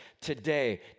today